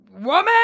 woman